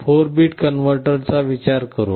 4 bit AD कनव्हर्टरचा विचार करु